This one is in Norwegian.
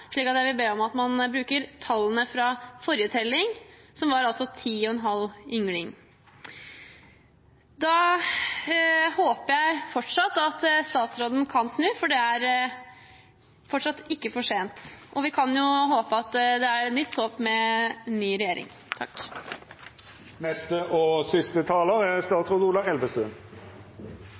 jeg vil be om at man bruker tallene fra forrige telling – som altså var 10,5 ynglinger. Jeg håper fortsatt at statsråden kan snu, for det er fortsatt ikke for sent. Vi kan jo håpe at det er nytt håp med utvidet regjering. Først vil jeg takke interpellanten for interpellasjonen. Det er